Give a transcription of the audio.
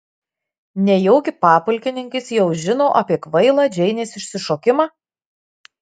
nejaugi papulkininkis jau žino apie kvailą džeinės išsišokimą